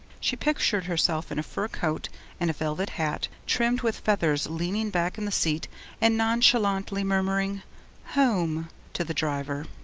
she pictured herself in a fur coat and a velvet hat trimmed with feathers leaning back in the seat and nonchalantly murmuring home to the driver.